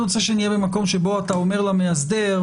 רוצה שנהיה במקום שאתה אומר למאסדר,